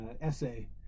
essay